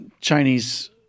Chinese